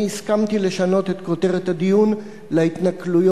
הסכמתי לשנות את כותרת הדיון ל"התנכלויות